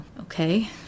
okay